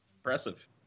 Impressive